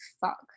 fuck